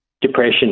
depression